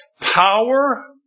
power